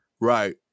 Right